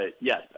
yes